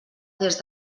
des